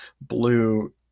blue